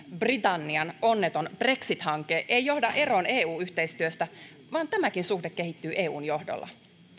britannian onneton brexit hanke ei johda eroon eu yhteistyöstä vaan tämäkin suhde kehittyy eun johdolla